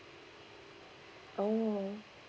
oh